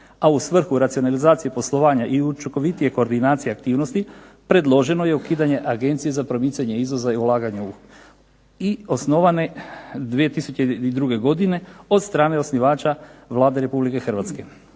a u svrhu racionalizacije poslovanja i učinkovitije organizacije aktivnosti predloženo je ukidanje Agencije za promicanje izvoza i ulaganje, osnovane 2002. godine od strane osnivača Vlade Republike Hrvatske.